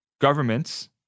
governments